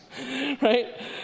right